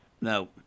No